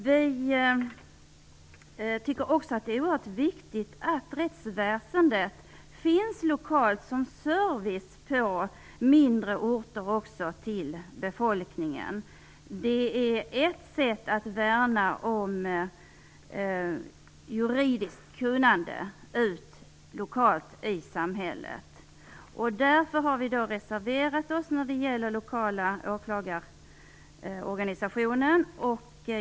Vi tycker också att det är oerhört viktigt att rättsväsendet finns lokalt som service också på mindre orter för befolkningen. Det är ett sätt att värna om juridiskt kunnande lokalt i samhället. Därför har vi reserverat oss när det gäller den lokala åklagarorganisationen.